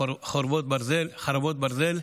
חרבות ברזל),